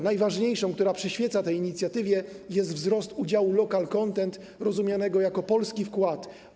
Najważniejszą ideą, która przyświeca tej inicjatywie, jest wzrost udziału local content, rozumianego jako polski wkład.